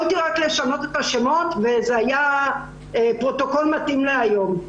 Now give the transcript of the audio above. יכולתי רק לשנות את השמות וזה היה פרוטוקול שמתאים להיום.